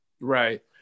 right